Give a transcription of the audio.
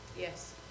Yes